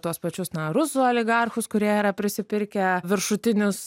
tuos pačius na ruzų oligarchus kurie yra prisipirkę viršutinius